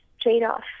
trade-off